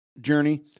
journey